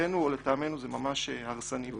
לטעמנו, זה ממש הרסני ובעייתי.